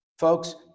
Folks